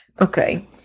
okay